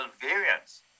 variants